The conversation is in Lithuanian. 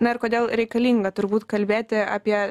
na ir kodėl reikalinga turbūt kalbėti apie